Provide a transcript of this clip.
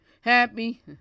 Happy